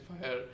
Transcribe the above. Fire